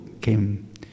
came